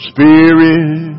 Spirit